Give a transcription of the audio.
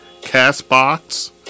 CastBox